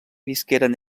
visqueren